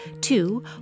Two